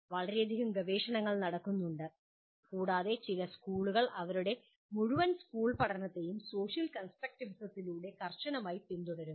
വളരെയധികം ഗവേഷണങ്ങൾ നടക്കുന്നുണ്ട് കൂടാതെ ചില സ്കൂളുകൾ അവരുടെ മുഴുവൻ സ്കൂൾ പഠനത്തെയും സോഷ്യൽ കൺസ്ട്രക്റ്റിവിസത്തിലൂടെ കർശനമായി പിന്തുടരുന്നു